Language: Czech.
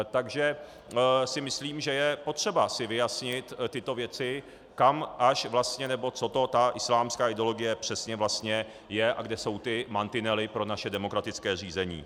Takže si myslím, že je potřeba si vyjasnit tyto věci, kam až vlastně nebo co to ta islámská ideologie přesně vlastně je a kde jsou ty mantinely pro naše demokratické zřízení.